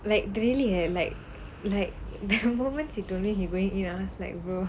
like really eh like like the moment she told me he going in I was like brother